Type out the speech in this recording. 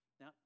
Now